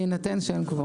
בהינתן שאין קוורום.